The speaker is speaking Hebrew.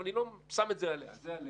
אני לא שם את זה עליה אלא זה עלינו.